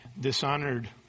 dishonored